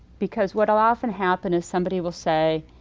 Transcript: because what will often happen is somebody will say,